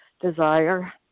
desire